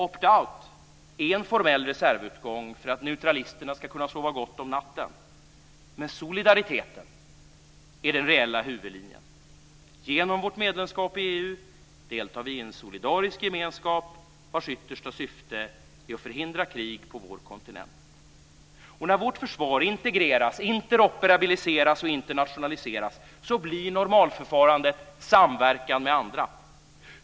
Opt out är en formell reservutgång för att neutralisterna ska kunna sova gott om natten, men solidariteten är den reella huvudlinjen. Genom vårt medlemskap i EU deltar vi i en solidarisk gemenskap vars yttersta syfte är att förhindra krig på vår kontinent. När vårt försvar integreras, interoperabiliseras och internationaliseras blir normalförfarandet samverkan med andra.